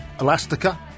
Elastica